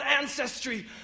ancestry